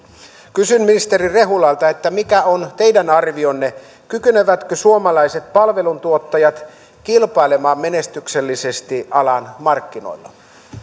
kysyn ministeri rehulalta mikä on teidän arvionne kykenevätkö suomalaiset palveluntuottajat kilpailemaan menestyksellisesti alan markkinoilla